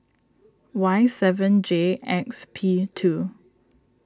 Y seven J X P two